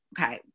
Okay